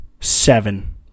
seven